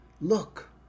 look